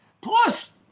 Plus